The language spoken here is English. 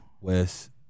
West